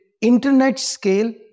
internet-scale